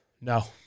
No